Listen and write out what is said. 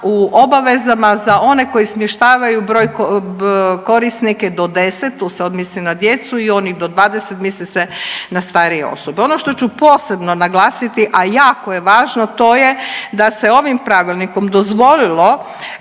u obavezama za one koji smještavaju broj korisnike do 10, tu sad mislim na djecu i onih do 20, misli se na starije osobe. Ono što ću posebno naglasiti, a jako je važno, to je da se ovim pravilnikom dozvolilo